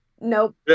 Nope